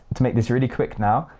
to make this really quick now,